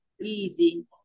easy